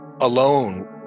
alone